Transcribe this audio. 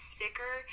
sicker